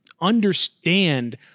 understand